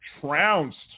trounced